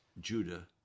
Judah